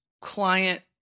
client